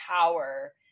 power